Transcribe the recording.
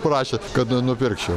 prašė kad nu nupirkčiau